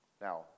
Now